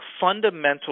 fundamental